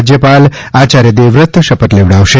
રાજ્યપાલ શ્રી આયાર્ય દેવવ્રત શપથ લેવડાવશે